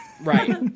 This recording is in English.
Right